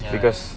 because